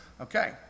okay